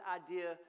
idea